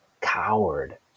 coward